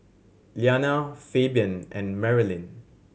Liana Fabian and Marilyn